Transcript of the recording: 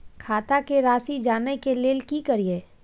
खाता के राशि जानय के लेल की करिए?